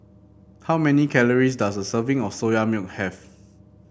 how many calories does a serving of Soya Milk have